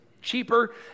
cheaper